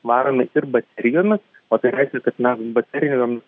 varomi ir baterijomis o tai reiškia kad mes baterijom